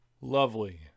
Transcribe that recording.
lovely